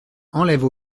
enlève